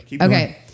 Okay